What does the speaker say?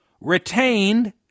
retained